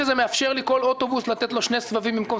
אתה מבין שזה מאפשר לכל אוטובוס לתת שני סבבים במקום